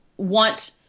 want